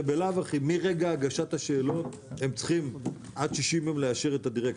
בלאו הכי מרגע הגשת השאלון צריכים עד 45 יום פלוס 15 לאשר את הדירקטור.